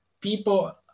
people